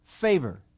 favor